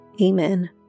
Amen